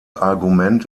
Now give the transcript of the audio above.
argument